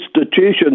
institutions